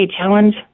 challenge